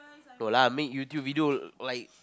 no lah make YouTube video likes